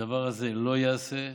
הדבר הזה לא ייעשה,